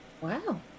Wow